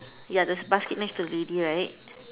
ya this basket next to the lady right